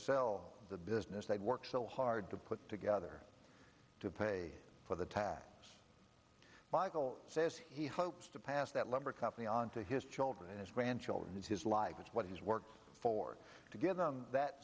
sell the business they worked so hard to put together to pay for the tab michael says he hopes to pass that lumber company on to his children his grandchildren his life what he's worked for to give them that